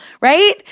right